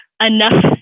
enough